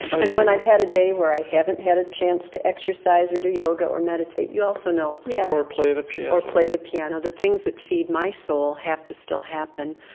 and when i've had a day where i haven't had a chance to exercise or do yoga or meditate, you also know yeah or play the piano or play the piano. the things that feed my soul have to still happen,